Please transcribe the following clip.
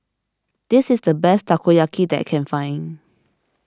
this is the best Takoyaki that I can find